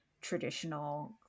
traditional